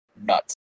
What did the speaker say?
nuts